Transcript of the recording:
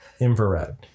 infrared